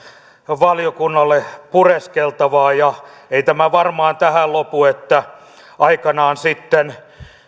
valiokunnalle pureskeltavaa ja ei tämä varmaan tähän lopu aikanaan sitten